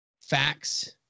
facts